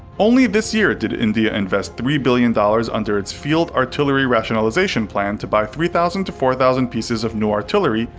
only this year did india invest three billion dollars under its field artillery rationalisation plan to buy three thousand to four thousand pieces of new artillery,